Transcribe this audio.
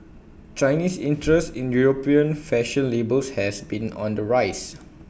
Chinese interest in european fashion labels has been on the rise